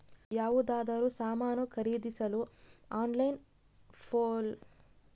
ಯಾವುದಾದರೂ ಸಾಮಾನು ಖರೇದಿಸಲು ಆನ್ಲೈನ್ ಛೊಲೊನಾ ಇಲ್ಲ ಅಂಗಡಿಯಲ್ಲಿ ಛೊಲೊನಾ?